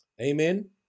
Amen